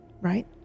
right